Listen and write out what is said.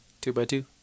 Two-by-two